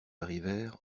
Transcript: arrivèrent